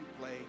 play